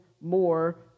more